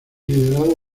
liderado